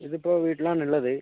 ഇത് ഇപ്പോൾ വീട്ടിലാണ് ഉള്ളത്